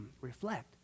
reflect